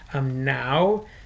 Now